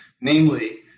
namely